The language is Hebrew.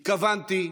התכוונתי,